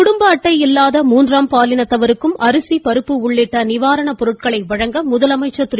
குடும்ப அட்டை இல்லாத மூன்றாம் பாலினத்தவருக்கும் அரிசி பருப்பு உள்ளிட்ட நிவாரணப் பொருட்களை வழங்க முதலமைச்சர் திரு